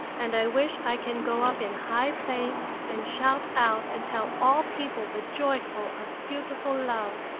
and i wish i can go up in high place and shout out and tell all people the joyful of beautiful love.